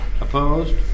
Opposed